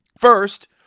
First